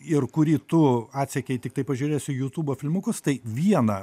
ir kurį tu atsekei tiktai pažiūrėsi jutubo filmukus tai vieną